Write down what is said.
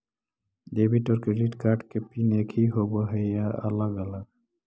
Debit और credit card के PIN एकही होव हइ या अलग अलग?